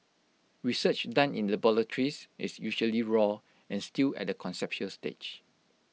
research done in the boratories is usually raw and still at A conceptual stage